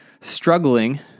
struggling